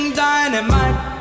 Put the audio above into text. dynamite